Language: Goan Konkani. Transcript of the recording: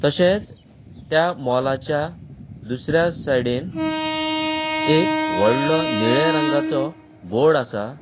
तशेंच त्या मॉलाच्या दुसऱ्या सायडीन एक व्हडलो निळे रंगाचो बोर्ड आसा